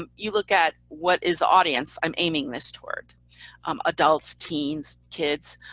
um you look at what is the audience i'm aiming this toward um adults, teens, kids.